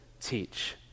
teach